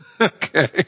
Okay